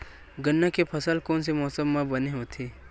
गन्ना के फसल कोन से मौसम म बने होथे?